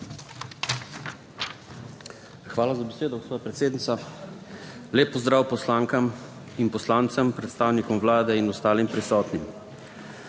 Hvala za besedo, gospa predsednica. Lep pozdrav poslankam in poslancem, predstavnikom Vlade in ostalim prisotnim.